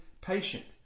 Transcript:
patient